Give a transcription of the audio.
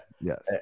yes